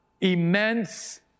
immense